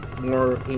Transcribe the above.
more